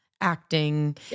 acting